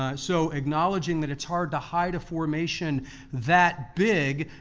ah so acknowledging that it's hard to hide a formation that big,